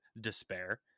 despair